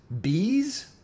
bees